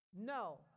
No